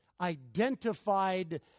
identified